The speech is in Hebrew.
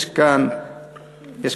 יש כאן דבר,